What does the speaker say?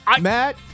Matt